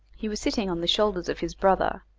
he was sitting on the shoulders of his brother,